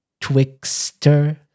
Twixter